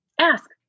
ask